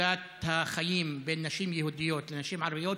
החיים בין נשים יהודיות לנשים ערביות,